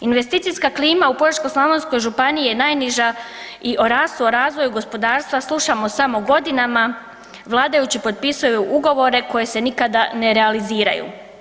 Investicijska klima u Požeško-slavonskoj županiji je najniža i o rastu i o razvoju gospodarstva slušamo samo godinama, vladajući potpisuju ugovore koji se nikada ne realiziraju.